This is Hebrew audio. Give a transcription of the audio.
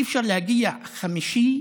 אי-אפשר להגיע חמישי,